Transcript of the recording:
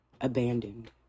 abandoned